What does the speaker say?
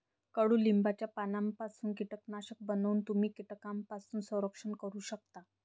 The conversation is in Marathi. कडुलिंबाच्या पानांपासून कीटकनाशक बनवून तुम्ही कीटकांपासून संरक्षण करू शकता